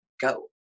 Go